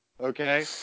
okay